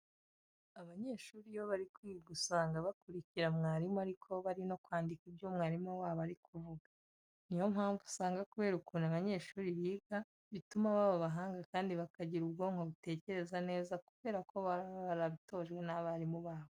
Abanyeshuri iyo bari kwiga usanga bakurikira mwarimu ariko bari no kwandika ibyo uwo mwarimu wabo ari kuvuga. Ni yo mpamvu usanga kubera ukuntu abanyeshuri biga, bituma baba abahanga kandi bakagira ubwonko butekereza neza kubera ko baba barabitojwe n'abarimu babo.